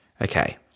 Okay